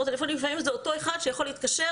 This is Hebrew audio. לפעמים זה אותו אחד שיכול להתקשר